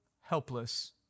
helpless